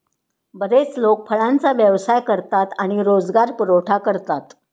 बरेच लोक फळांचा व्यवसाय करतात आणि रोजगार पुरवठा करतात